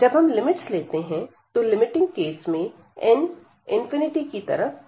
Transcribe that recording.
जब हम लिमिट्स लेते हैं तो लिमिटिंग केस में n →∞ की तरफ जाता है